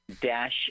Dash